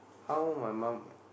how my mum